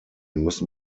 müssen